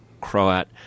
Croat